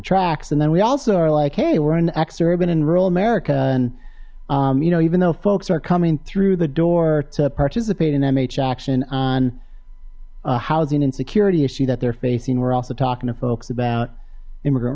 tracks and then we also are like hey we're in extra ribbon in rural america and you know even though folks are coming through the door to participate in mhm action on a housing and security issue that they're facing we're also talking to folks about immigrant